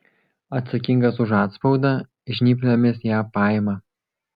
atsakingas už atspaudą žnyplėmis ją paima